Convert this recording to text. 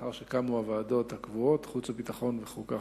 לאחר שקמו הוועדות הקבועות חוץ וביטחון וחוקה,